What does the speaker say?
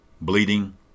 bleeding